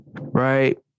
right